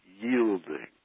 yielding